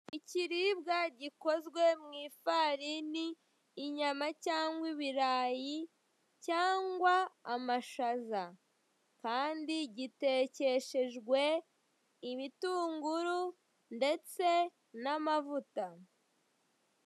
Ikiribwa kikozwe mu ifarini, inyama cyangwa ibirayi cyangwa amashaza, kandi gitekeshejwe ibitunguru n'amavuta.